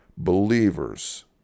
believers